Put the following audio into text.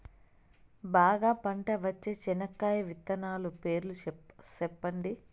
బాగా పంట వచ్చే చెనక్కాయ విత్తనాలు పేర్లు సెప్పండి?